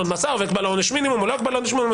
מאסר ואקבע לו עונש מינימום או לא אקבע לו עונש מינימום,